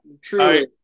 true